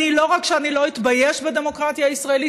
לא רק שאני לא אתבייש בדמוקרטיה הישראלית,